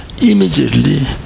Immediately